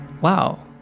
wow